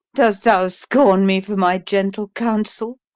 dost thou scorn me for my gentle counsel?